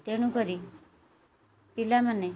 ତେଣୁକରି ପିଲାମାନେ